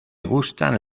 gustan